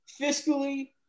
fiscally